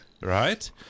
Right